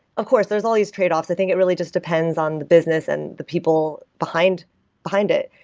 of course there is all these tradeoffs. i think it really just depends on the business and the people behind behind it.